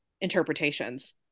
interpretations